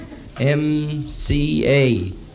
MCA